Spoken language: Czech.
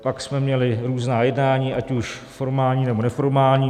Pak jsme měli různá jednání, ať už formální, nebo neformální.